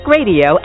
Radio